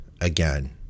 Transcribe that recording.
again